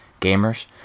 gamers